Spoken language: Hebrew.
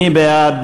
מי בעד?